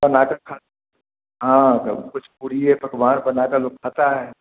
का हाँ सब कुछ पूड़ी पकवान बना कर लोग खाता है